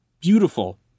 Beautiful